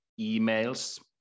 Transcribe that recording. emails